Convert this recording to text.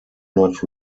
not